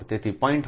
4 તેથી 0